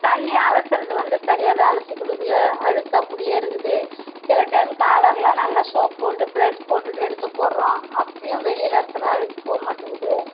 தண்ணிர் அலசுவது வந்து சரியாகவே அலசி கொடுக்குல அழுக்கு அப்படியே இருக்குது சில டைம் காலர்லாம் நல்லா சோப் போட்டு பிரெஷ் போட்டுவிட்டு எடுத்து போடுறோம் அப்பயும் வெளியில் இருக்கிற அழுக்கு போகமாட்டேங்குது